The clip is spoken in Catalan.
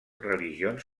religions